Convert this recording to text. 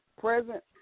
present